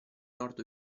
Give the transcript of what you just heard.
nord